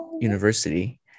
university